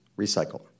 recycle